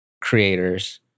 creators